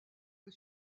que